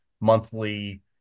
monthly